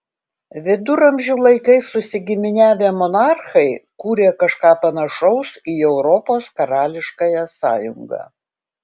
viduramžių laikais susigiminiavę monarchai kūrė kažką panašaus į europos karališkąją sąjungą